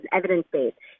evidence-based